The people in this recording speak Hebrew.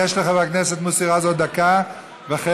יש לחבר הכנסת מוסי רז עוד דקה וחצי,